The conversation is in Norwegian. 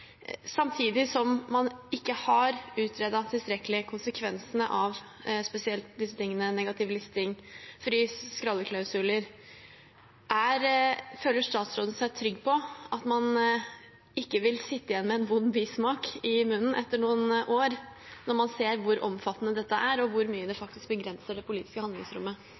samtidig som man ikke tilstrekkelig har utredet konsekvensene av spesielt negativ listing og frys- og skralleklausuler. Føler statsråden seg trygg på at man ikke vil sitte igjen med en vond smak i munnen etter noen år, når man ser hvor omfattende dette er, og hvor mye det faktisk begrenser det politiske handlingsrommet?